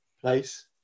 place